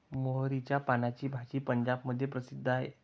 मोहरीच्या पानाची भाजी पंजाबमध्ये प्रसिद्ध आहे